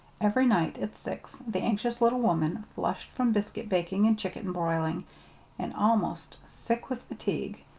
every night at six the anxious little woman, flushed from biscuit-baking and chicken-broiling and almost sick with fatigue,